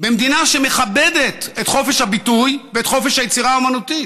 במדינה שמכבדת את חופש הביטוי ואת חופש היצירה האומנותית,